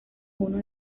uno